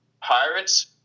Pirates